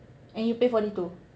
and you pay forty two